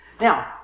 Now